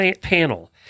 panel